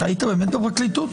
היית באמת בפרקליטות?